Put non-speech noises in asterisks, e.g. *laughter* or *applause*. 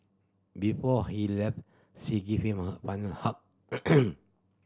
before he left she gave him a final hug *noise*